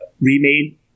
remade